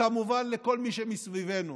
וכמובן לכל מי שמסביבנו: